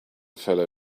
fellow